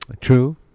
True